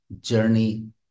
journey